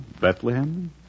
Bethlehem